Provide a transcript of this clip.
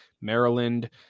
Maryland